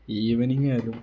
evening ആയാലും